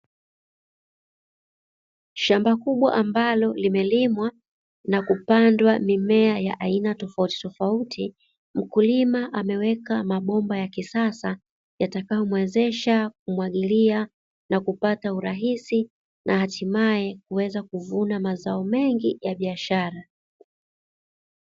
Shamba kubwa ambalo limelimwa na kupandwa mimea ya aina tofautitofauti mkulima ameweka mabomba ya kisasa yatakayo muwezesha kumwagilia na kupata urahisi na hatimaye kupata mazao mengi ya biashara.